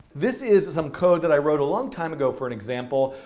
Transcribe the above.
this is some code that i wrote a long time ago for an example.